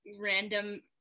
random